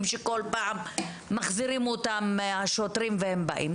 שכל פעם מחזירים אותם השוטרים והם באים.